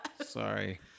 sorry